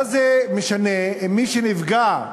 מה זה משנה אם מי שנפגע,